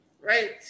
Right